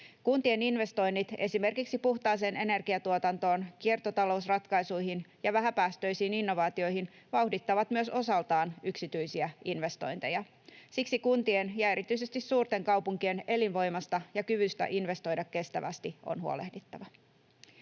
Kuntien investoinnit esimerkiksi puhtaaseen energiantuotantoon, kiertotalousratkaisuihin ja vähäpäästöisiin innovaatioihin vauhdittavat myös osaltaan yksityisiä investointeja. Siksi kuntien ja erityisesti suurten kaupunkien elinvoimasta ja kyvystä investoida kestävästi on huolehdittava.